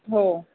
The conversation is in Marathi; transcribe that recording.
हो